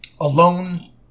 Alone